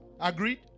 agreed